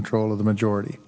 control of the majority